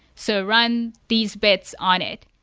so run these bits on it.